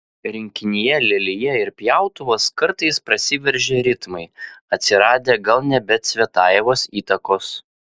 rinkinyje lelija ir pjautuvas kartais prasiveržia ritmai atsiradę gal ne be cvetajevos įtakos